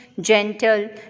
gentle